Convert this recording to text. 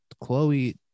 Chloe